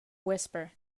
whisper